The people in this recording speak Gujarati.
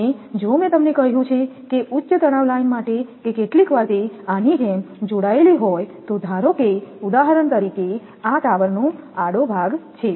અને જો મેં તમને કહ્યું છે કે ઉચ્ચ તણાવ લાઇન માટે કે કેટલીકવાર તે આની જેમ જોડાયેલી હોય તો ધારો કે ઉદાહરણ તરીકે આ ટાવરનો આડો ભાગ છે